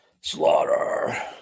Slaughter